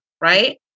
right